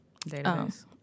database